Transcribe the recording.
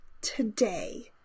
today